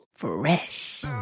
Fresh